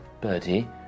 Birdie